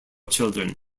children